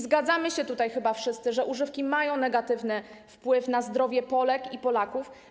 Zgadzamy się chyba wszyscy, że używki mają negatywny wpływ na zdrowie Polek i Polaków.